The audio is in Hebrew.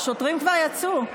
לא, השוטרים כבר יצאו.